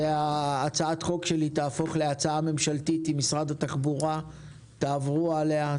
שהצעת החוק שלי תהפוך להצעה ממשלתית אם משרד התחבורה יעבור עליה,